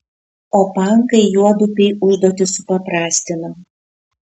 o pankai juodupei užduotį supaprastino